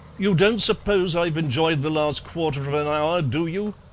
you don't suppose i've enjoyed the last quarter of an hour, do you?